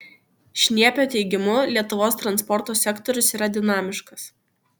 šniepio teigimu lietuvos transporto sektorius yra dinamiškas